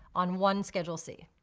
on one schedule c.